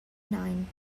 nine